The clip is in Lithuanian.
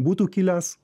būtų kilęs